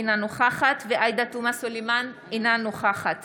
אינה נוכחת עאידה תומא סלימאן, אינה נוכחת